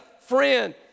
friend